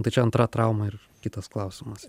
tai čia antra trauma ir kitas klausimas